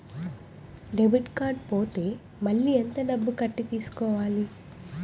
Debit card పోతే మళ్ళీ ఎంత డబ్బు కట్టి తీసుకోవాలి?